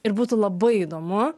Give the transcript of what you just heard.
ir būtų labai įdomu